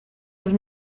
have